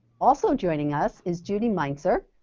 also joining us is judy meintzer.